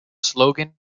slogan